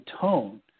tone